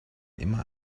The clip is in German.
immer